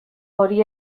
hori